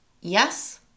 yes